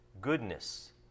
goodness